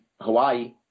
Hawaii